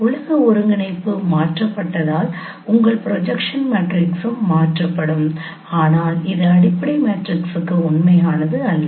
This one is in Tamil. உலக ஒருங்கிணைப்பு மாற்றப்பட்டதால் உங்கள் ப்ரொஜெக்ஷன் மேட்ரிக்ஸும் மாற்றப்படும் ஆனால் இது அடிப்படை மேட்ரிக்ஸுக்கு உண்மையானது அல்ல